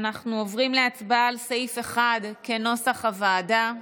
אנחנו עוברים להצבעה על סעיף 1, כנוסח הוועדה,